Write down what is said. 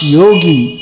yogi